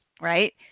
right